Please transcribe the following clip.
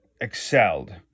excelled